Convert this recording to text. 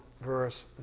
verse